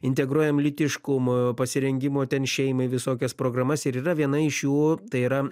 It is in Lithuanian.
integruojam lytiškumo pasirengimo ten šeimai visokias programas ir yra viena iš jų tai yra